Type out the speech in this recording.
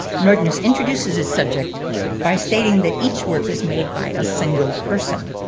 nordness introduces his subject by stating that each work is made by a single person.